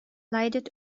leidet